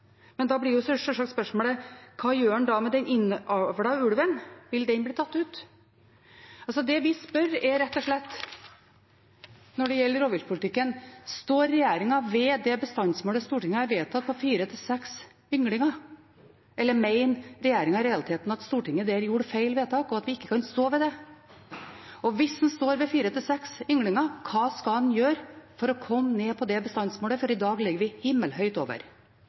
men da blir sjølsagt spørsmålet: Hva gjør en da med den innavlede ulven? Vil den bli tatt ut? Det vi spør om når det gjelder rovviltpolitikken, er rett og slett: Står regjeringen ved det bestandsmålet Stortinget har vedtatt, på fire–seks ynglinger? Eller mener regjeringen i realiteten at Stortinget der gjorde feil vedtak, og at en ikke kan stå ved det? Og hvis en står ved fire–seks ynglinger, hva skal en gjøre for å komme ned på det bestandsmålet? For i dag ligger vi himmelhøyt over.